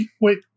wait